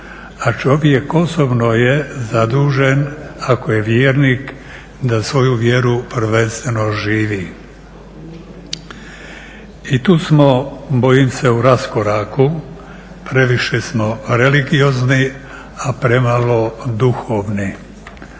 a čovjek osobno je zadužen, ako je vjernik da svoju vjeru prvenstveno živi. I tu smo bojim se u raskoraku, previše smo religiozni, a premalo duhovni,